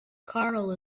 karl